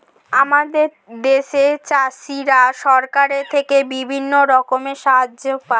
আমাদের দেশের চাষিরা সরকারের থেকে বিভিন্ন রকমের সাহায্য পায়